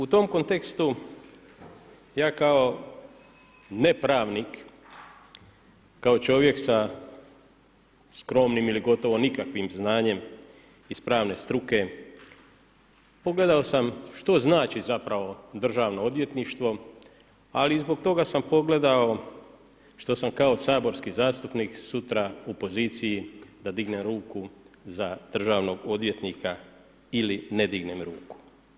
U tom kontekstu ja kao ne pravnik, kao čovjek sa skromnim ili gotovo nikakvim znanjem iz pravne struke, pogledao sam što znači zapravo državno odvjetništvo, ali i zbog toga sam pogledao što sam kao saborski zastupnik sutra u poziciji da dignem ruku za državnog odvjetnika ili ne dignem ruku.